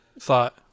thought